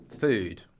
food